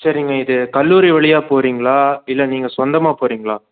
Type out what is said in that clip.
சரிங்க இது கல்லூரி வழியாக போகறிங்களா இல்லை நீங்கள் சொந்தமாக போகறிங்களா